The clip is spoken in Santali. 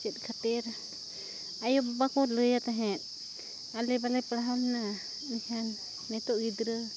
ᱪᱮᱫ ᱠᱷᱟᱹᱛᱤᱨ ᱟᱭᱳᱼᱵᱟᱵᱟ ᱠᱚ ᱞᱟᱹᱭᱟ ᱛᱟᱦᱮᱸᱫ ᱟᱞᱮ ᱵᱟᱞᱮ ᱯᱟᱲᱦᱟᱣ ᱞᱮᱱᱟ ᱮᱱᱠᱷᱟᱱ ᱱᱤᱛᱳᱜ ᱜᱤᱫᱽᱨᱟᱹ